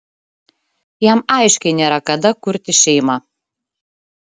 jam aiškiai nėra kada kurti šeimą